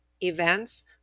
Events